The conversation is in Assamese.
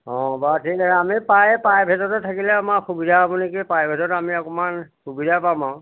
অঁ বাৰু ঠিক আছে আমি পাই প্ৰাইভেটতে থাকিলে আমাৰ সুবিধা হ'ব নেকি আপুনি কি প্ৰাইভেটত আমি অকমান সুবিধা পাম আৰু